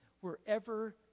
wherever